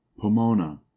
pomona